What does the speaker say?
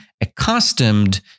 accustomed